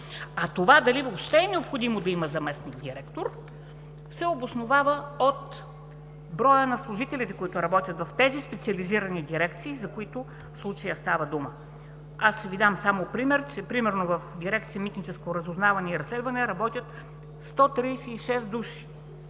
А това дали въобще е необходимо да има заместник-директор, се обосновава от броя на служителите, които работят в тези специализирани дирекции, за които в случая става дума. Ще Ви дам само пример, че примерно в Дирекция „Митническо разузнаване и разследване“ работят 136 души.